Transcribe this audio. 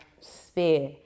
sphere